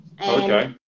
Okay